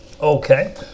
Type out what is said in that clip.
okay